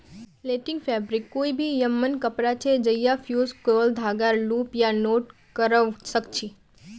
netting fabric कोई भी यममन कपड़ा छ जैइछा फ़्यूज़ क्राल धागाक लूप या नॉट करव सक छी